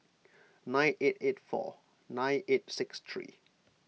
nine eight eight four nine eight six three